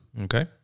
Okay